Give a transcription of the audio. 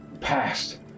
past